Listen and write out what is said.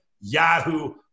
Yahoo